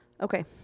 okay